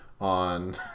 on